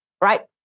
Right